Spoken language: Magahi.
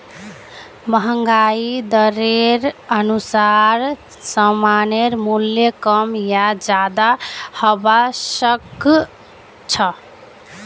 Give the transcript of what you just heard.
महंगाई दरेर अनुसार सामानेर मूल्य कम या ज्यादा हबा सख छ